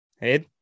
Hey